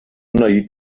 wnei